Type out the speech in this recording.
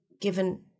given